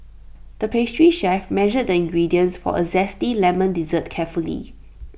the pastry chef measured the ingredients for A Zesty Lemon Dessert carefully